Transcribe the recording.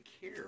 care